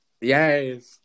Yes